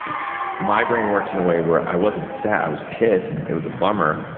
my brain works in a way where, i wasn't sad, i was pissed, it was a bummer.